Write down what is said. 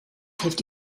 heeft